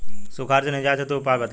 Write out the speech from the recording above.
सुखार से निजात हेतु उपाय बताई?